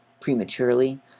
prematurely